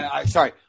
Sorry